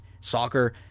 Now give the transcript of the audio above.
soccer